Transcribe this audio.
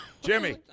Jimmy